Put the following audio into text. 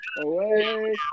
away